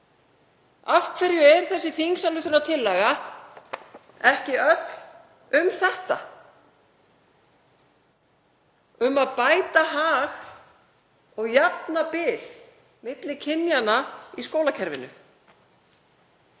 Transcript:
Af hverju er þessi þingsályktunartillaga ekki öll um þetta, að bæta hag og jafna bil milli kynjanna í skólakerfinu?